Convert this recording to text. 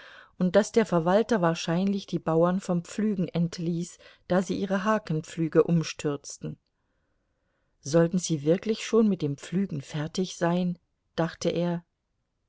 und daß der verwalter wahrscheinlich die bauern vom pflügen entließ da sie ihre hakenpflüge umstürzten sollten sie wirklich schon mit dem pflügen fertig sein dachte er